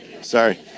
sorry